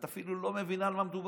את אפילו לא מבינה על מה מדובר.